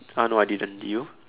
uh no I didn't do